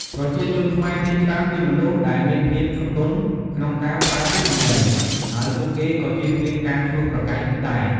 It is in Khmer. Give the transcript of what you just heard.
ប្រជាជនខ្មែរភាគច្រើនជាមនុស្សដែលមានភាពស្រទន់ក្នុងការប្រើពាក្យសម្ដី ហើយពួកគេក៏ជៀសវាងការឈ្លោះប្រកែកដែរ។